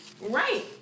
Right